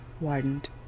widened